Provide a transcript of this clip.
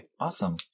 Awesome